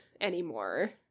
anymore